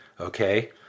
okay